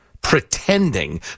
pretending